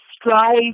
strive